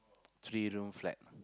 three room flat